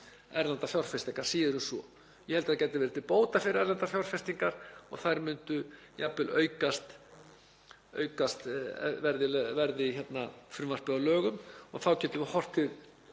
erlendar fjárfestingar, síður en svo. Ég held að það gæti verið til bóta fyrir erlendar fjárfestingar og þær myndu jafnvel aukast verði frumvarpið að lögum og þá getum við horft